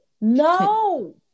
No